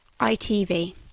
ITV